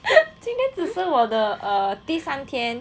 今天只是我的第三天